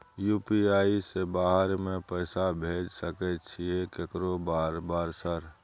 UPI से बाहर में पैसा भेज सकय छीयै केकरो बार बार सर?